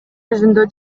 жүзүндө